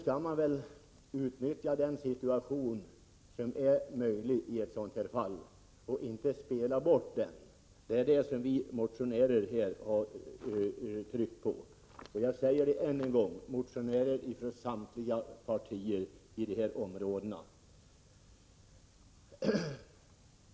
Man vill emellertid ta in fler elever. Då skall man väl utnyttja situationen och inte spela bort möjligheterna. Det är det som vi motionärer har velat framhålla. Jag säger ännu en gång att det rör sig om motionärer från samtliga partier, och motionärerna är från de ifrågavarande områdena.